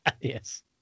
Yes